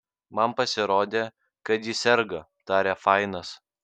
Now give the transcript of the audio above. man pasirodė kad ji serga tarė fainas